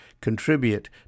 contribute